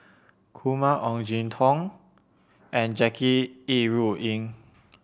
Kumar Ong Jin Teong and Jackie Yi Ru Ying